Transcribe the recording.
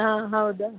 ಹಾಂ ಹೌದಾ